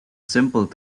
simple